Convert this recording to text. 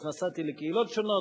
אז נסעתי לקהילות שונות,